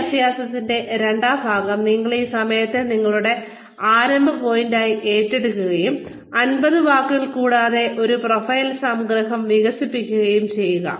ഈ അഭ്യാസത്തിന്റെ രണ്ടാം ഭാഗം നിങ്ങൾ ഈ സമയത്തെ നിങ്ങളുടെ ആരംഭ പോയിന്റായി എടുക്കുകയും 50 വാക്കുകളിൽ കൂടാത്ത ഒരു പ്രൊഫൈൽ സംഗ്രഹം വികസിപ്പിക്കുകയും ചെയ്യുക